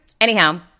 Anyhow